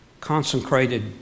consecrated